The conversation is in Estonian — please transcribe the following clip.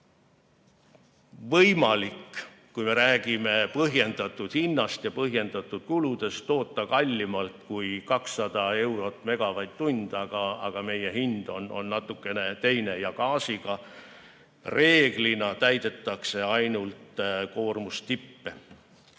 võimalik, kui me räägime põhjendatud hinnast ja põhjendatud kuludest, toota kallimalt kui 200 eurot megavatt-tund, aga meie hind on natukene teine. Ja gaasiga reeglina täidetakse ainult vajadust